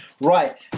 Right